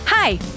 Hi